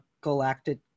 galactic